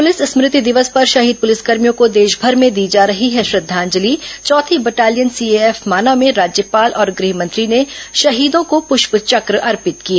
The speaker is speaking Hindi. पुलिस स्मृति दिवस पर शहीद पुलिसकर्मियों को देशभर में दी जा रही है श्रद्वांजलि चौथी बटालियन सी एएफ माना में राज्यपाल और गृहमंत्री ने शहीदों को पुष्प चक्र अर्पित किए